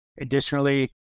Additionally